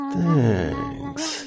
Thanks